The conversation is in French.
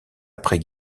après